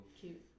Cute